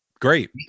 Great